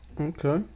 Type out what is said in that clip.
Okay